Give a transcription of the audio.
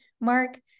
mark